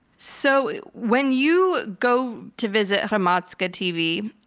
so when you go to visit hromadske ah tv,